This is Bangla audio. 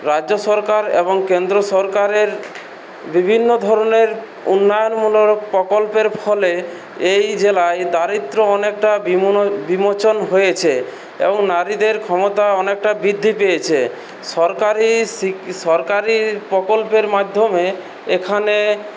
রাজ্য সরকার এবং কেন্দ্রীয় সরকারের বিভিন্ন ধরনের উন্নয়নমূলক প্রকল্পের ফলে এই জেলায় দারিদ্র অনেকটা বিমোচন হয়েছে এবং নারীদের ক্ষমতা অনেকটা বৃদ্ধি পেয়েছে সরকারি সরকারি প্রকল্পের মাধ্যমে এখানে